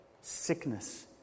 sickness